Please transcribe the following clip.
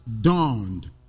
dawned